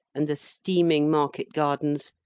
and the steaming market-gardens,